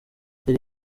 feri